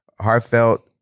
heartfelt